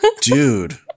Dude